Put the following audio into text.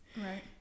Right